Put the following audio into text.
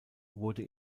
wurde